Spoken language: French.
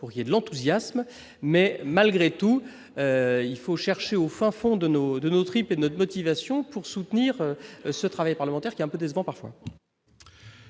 pour qu'il y a de l'enthousiasme, mais malgré tout il faut chercher au fin fond de nos, de nos tripes notre motivation pour soutenir ce travail parlementaire, qui est un peu décevant parfois.